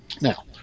Now